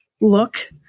look